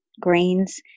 grains